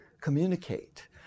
communicate